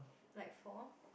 like for